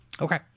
Okay